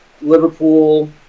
Liverpool